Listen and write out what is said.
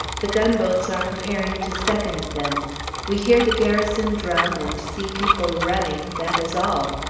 the gunboats are preparing to second them we hear the garrison drum and see people running, that is all.